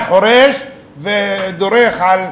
אחד חורש ודורך על,